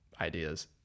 ideas